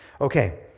Okay